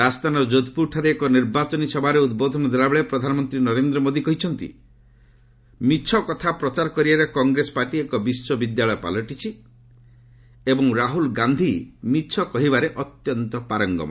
ରାଜସ୍ଥାନର ଜୋଧପୂରଠାରେ ଏକ ନିର୍ବାଚନୀ ସଭାରେ ଉଦ୍ବୋଧନ ଦେଲାବେଳେ ପ୍ରଧାନମନ୍ତ୍ରୀ ନରେନ୍ଦ୍ର ମୋଦି କହିଛନ୍ତି ମିଥ୍ୟା କଥା ପ୍ରଚାର କରିବାରେ କଂଗ୍ରେସ ପାର୍ଟି ଏକ ବିଶ୍ୱବିଦ୍ୟାଳୟ ପାଲଟିଛି ଏବଂ ରାହୁଳ ଗାନ୍ଧୀ ମିଛ କହିବାରେ ଅତ୍ୟନ୍ତ ପାରଙ୍ଗମ